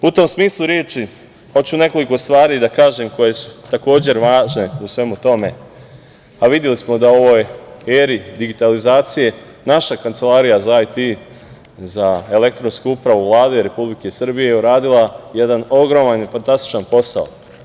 U tom smislu reči, hoću nekoliko stvari da kažem koje su takođe važne u svemu tome, videli smo da u ovoj eri digitalizacije naša Kancelarija za IT, za elektronsku upravu Vlade Republike Srbije je uradila jedan ogroman i fantastičan posao.